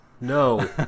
No